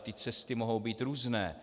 Ty cesty ale mohou být různé.